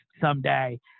someday